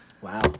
Wow